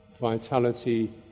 vitality